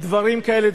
דברים כאלה,